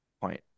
point